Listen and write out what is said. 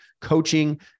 coaching